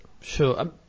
Sure